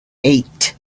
eight